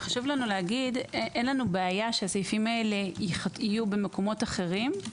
אין לנו בעיה שהסעיפים האלה יהיו במקומות אחרים,